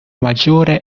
maggiore